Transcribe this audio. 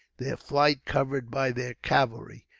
their flight covered by their cavalry,